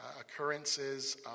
occurrences